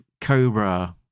Cobra